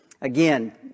Again